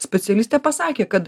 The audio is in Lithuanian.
specialistė pasakė kad